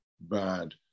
bad